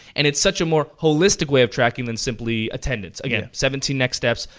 and it's such a more holistic way of tracking than simply attendance. again, seventeen next steps.